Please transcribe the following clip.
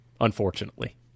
unfortunately